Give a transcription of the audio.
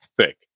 thick